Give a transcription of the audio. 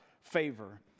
favor